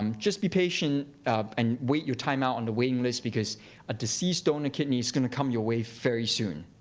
um just be patient and wait your time out on the waiting list because a deceased donor kidney is gonna come your way very soon.